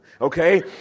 okay